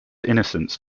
innocence